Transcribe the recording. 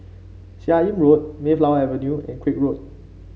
Seah Im Road Mayflower Avenue and Craig Road